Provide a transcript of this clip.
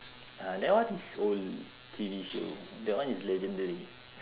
ah that one is old T_V show that one is legendary